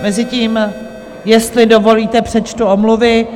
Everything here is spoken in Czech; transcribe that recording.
Mezitím, jestli dovolíte, přečtu omluvy.